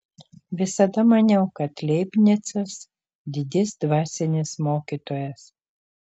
visada maniau kad leibnicas didis dvasinis mokytojas